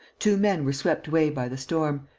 two men were swept away by the storm.